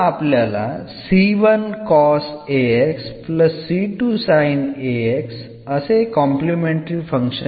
അതിനാൽ ആണ് complementary function